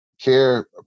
Care